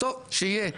טוב שיהיה.